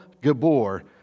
Gabor